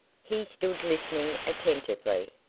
he stood listening attentively.